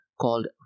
called